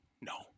No